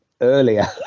earlier